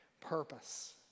purpose